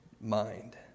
mind